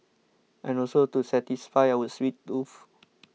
and also to satisfy our sweet tooth